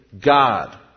God